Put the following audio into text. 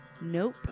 Nope